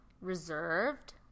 reserved